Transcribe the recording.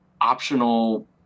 optional